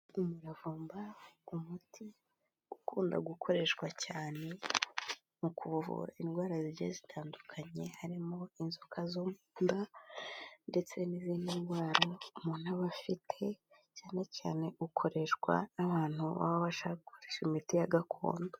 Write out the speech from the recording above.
Umuravumba, umuti ukunda gukoreshwa cyane mu kuvura indwara zigiye zitandukanye harimo inzoka zo mu nda, ndetse n'izindi ndwara umuntu abafite, cyane cyane ukoreshwa n'abantu baba bashaka gukoresha imiti ya gakondo.